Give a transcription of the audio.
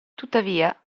tuttavia